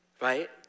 Right